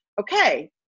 okay